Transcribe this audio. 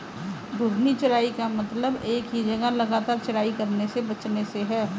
घूर्णी चराई का मतलब एक ही जगह लगातार चराई करने से बचने से है